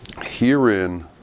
herein